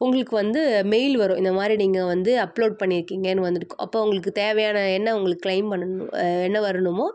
உங்களுக்கு வந்து மெயில் வரும் இந்த மாதிரி நீங்கள் வந்து அப்லோட் பண்ணியிருக்கீங்கனு வந்திருக்கும் அப்போது உங்களுக்கு தேவையான என்ன உங்களுக்கு க்ளைம் பண்ணணும் என்ன வரணுமோ